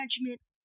management